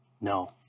No